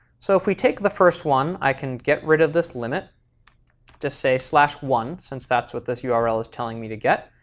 so if we take the first one, i can get rid of this limit to say so one, since that's what this ah url is telling me to get,